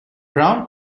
brown